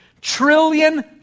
trillion